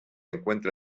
encuentra